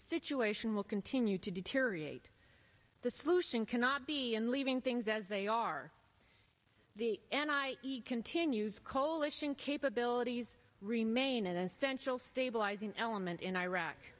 situation will continue to deteriorate the solution cannot be and leaving things as they are the end i continues coalition capabilities remain a stench stabilizing element in iraq